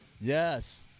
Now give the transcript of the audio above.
Yes